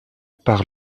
par